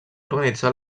organitzar